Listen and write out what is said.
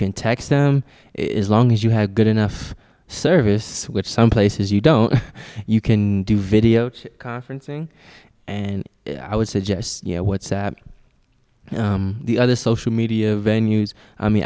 can text them is long as you have good enough service which some places you don't you can do video conferencing and i would suggest you know what the other social media venues i mean